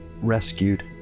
rescued